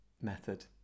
method